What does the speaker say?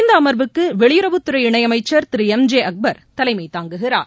இந்த அமர்வுக்கு வெளியுறவுத்துறை இணையமைச்சர் திரு எம் ஜே அங்பர் தலைமை தாங்குகிறார்